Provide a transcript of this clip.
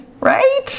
right